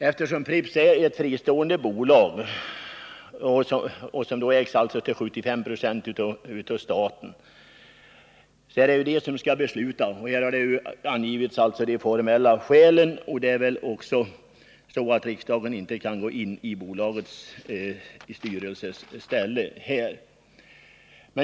Eftersom Pripps är ett fristående bolag, som till 75 96 ägs av staten, är det bolagsstyrelsen som skall besluta. I betänkandet har angivits de formella skälen härtill, och det är välså att riksdagen inte kan gå in i bolagsstyrelsens ställe.